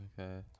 Okay